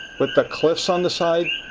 with the cliffs on the side.